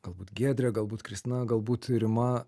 galbūt giedrė galbūt kristina galbūt rima